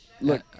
Look